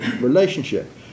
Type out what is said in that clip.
relationship